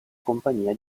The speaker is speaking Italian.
compagnia